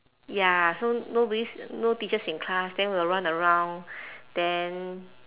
ya so nobody's no teachers in class then we will run around then